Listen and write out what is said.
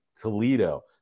Toledo